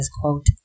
quote